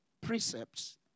precepts